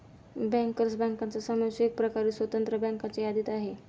bankers बँकांचा समावेश एकप्रकारे स्वतंत्र बँकांच्या यादीत आहे